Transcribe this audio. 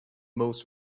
most